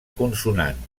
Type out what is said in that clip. consonant